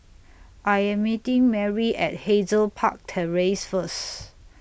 I Am meeting Merri At Hazel Park Terrace First